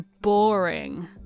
Boring